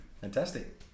Fantastic